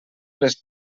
les